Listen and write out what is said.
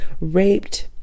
raped